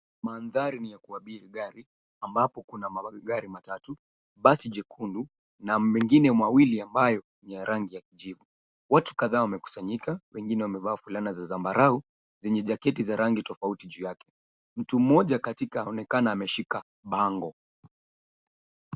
Mandhari ni ya kuabiri gari ambapo kuna gari matatu, basi jekundu na mengine mawili ambayo ni ya rangi ya kijivu. Watu kadhaa wamekusanyika, wengine wamevaa fulana za zambarau zenye jaketi za rangi tofauti juu yake. Mtu mmoja katika aonekana ameshika bango.